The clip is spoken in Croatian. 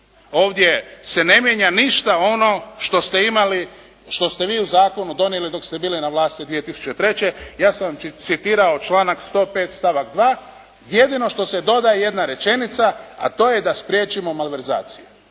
Ovdje se ne mijenja ništa ono što ste vi u zakonu donijeli dok ste bili na vlasti 2003. Ja sam vam citirao članak 105. stavak 2., jedino što se dodaje jedna rečenica a to je da spriječimo malverzaciju,